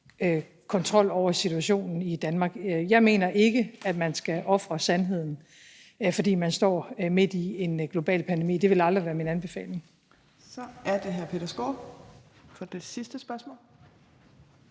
kontrol over situationen i Danmark. Jeg mener ikke, at man skal ofre sandheden, fordi man står midt i en global pandemi – det vil aldrig være min anbefaling Kl. 15:07 Fjerde næstformand